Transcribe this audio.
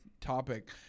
topic